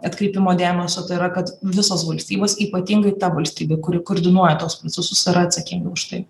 atkreipimo dėmesio tai yra kad visos valstybės ypatingai ta valstybė kuri koordinuoja tuos procesus yra atsakinga už tai